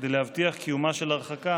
כדי להבטיח את קיומה של הרחקה